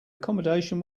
accommodation